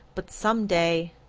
but some day.